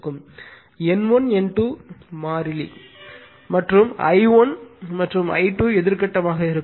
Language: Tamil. N1 N2 மாறிலி மற்றும் I1 மற்றும் I2 எதிர் கட்டமாக இருக்கும்